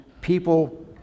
people